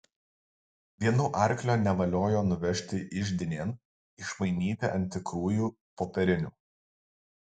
vienu arkliu nevaliojo nuvežti iždinėn išmainyti ant tikrųjų popierinių